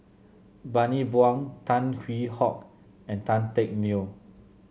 Bani Buang Tan Hwee Hock and Tan Teck Neo